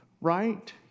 right